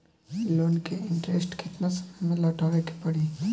Loan के interest केतना समय में लौटावे के पड़ी?